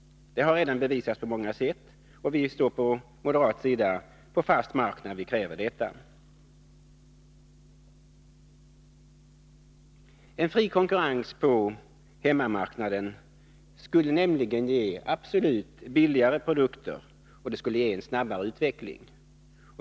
Det har redan bevisats på många sätt, och vi på moderat sida står på fast mark när vi kräver en sådan begränsning. En fri konkurrens på hemmamarknaden skulle nämligen ge billigare produkter och en snabbare utveckling.